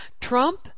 Trump